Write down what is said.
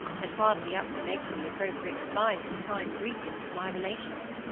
and hardly up to making the appropriate replies to the kind greetings of my relations.